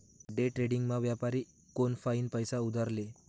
डेट्रेडिंगमा व्यापारी कोनफाईन पैसा उधार ले